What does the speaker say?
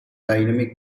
dynamic